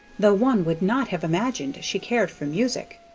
though one would not have imagined she cared for music.